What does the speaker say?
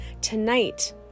tonight